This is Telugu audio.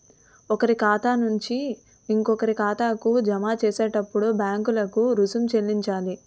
ఒకరి ఖాతా నుంచి ఇంకొకరి ఖాతాకి జమ చేసేటప్పుడు బ్యాంకులకు రుసుం చెల్లించాలి